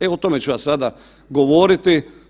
E o tome ću ja sada govoriti.